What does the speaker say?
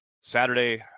Saturday